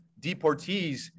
deportees